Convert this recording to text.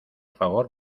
favor